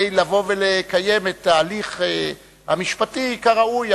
כדי לקיים את ההליך המשפטי כראוי.